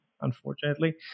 unfortunately